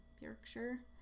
Yorkshire